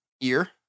ear